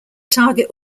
target